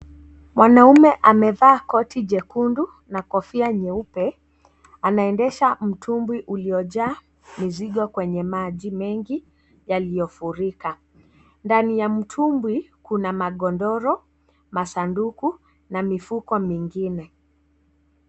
Mwanaume amevaa koti jekundu na kofia nyeupe anaendesha mtumbwi uliojaa mzigo kwenye maji mengi yaliyofurika, ndani ya mtumbwi kuna magodoro, masanduku na mifuko mingine.